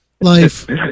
Life